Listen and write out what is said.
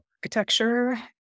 architecture